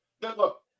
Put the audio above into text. Look